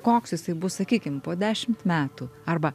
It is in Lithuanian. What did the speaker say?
koks jisai bus sakykim po dešimt metų arba